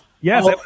yes